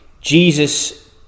Jesus